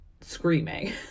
screaming